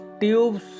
tubes